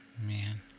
Man